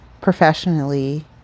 professionally